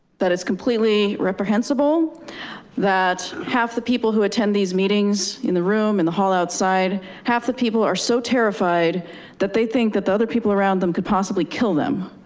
that it's completely reprehensible that half the people who attend these meetings in the room in the hall outside half the people are so terrified that they think that the other people around them could possibly kill them.